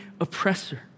oppressor